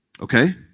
Okay